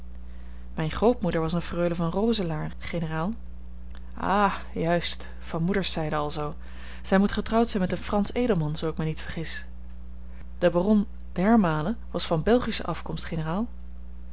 mijne grootmoeder was eene freule van roselaer generaal ah juist van moeders zijde alzoo zij moet getrouwd zijn met een fransch edelman zoo ik mij niet vergis de baron d'hermaele was van belgische afkomst generaal